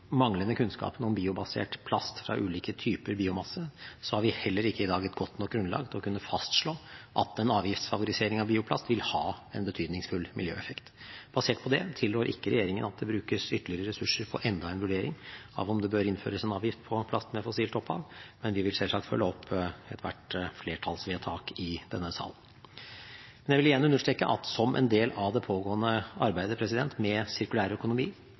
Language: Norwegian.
manglende kunnskapen om biobasert plast fra ulike typer biomasse har vi heller ikke i dag et godt nok grunnlag til å kunne fastslå at en avgiftsfavorisering av bioplast vil ha en betydningsfull miljøeffekt. Basert på det tilrår ikke regjeringen at det brukes ytterligere ressurser på enda en vurdering av om det bør innføres en avgift på plast med fossilt opphav, men vi vil selvsagt følge opp ethvert flertallsvedtak i denne salen. Jeg vil igjen understreke at som en del av det pågående arbeidet med sirkulær økonomi